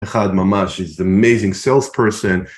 אחד ממש, he's amazing salesperson.